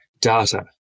data